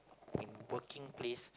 in working place